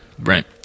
right